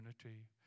community